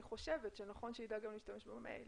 אני חושבת שנכון שידע גם להשתמש במייל,